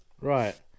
Right